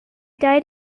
died